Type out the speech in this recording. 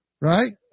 Right